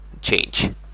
change